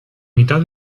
mitad